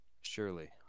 Surely